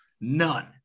None